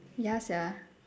ya sia